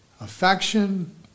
affection